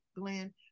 Glenn